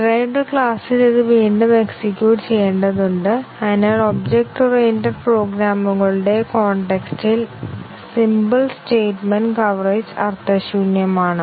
derived ക്ലാസിൽ ഇത് വീണ്ടും എക്സിക്യൂട്ട് ചെയ്യേണ്ടതുണ്ട് അതിനാൽ ഒബ്ജക്റ്റ് ഓറിയന്റഡ് പ്രോഗ്രാമുകളുടെ കോൺടെക്സ്റ്റ് ഇൽ സിംമ്പിൾ സ്റ്റേറ്റ്മെന്റ് കവറേജ് അർത്ഥശൂന്യമാണ്